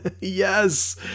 Yes